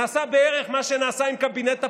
נעשה בערך מה שנעשה עם קבינט הפיוס.